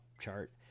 chart